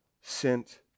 sent